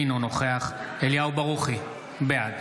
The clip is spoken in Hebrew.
אינו נוכח אליהו ברוכי, בעד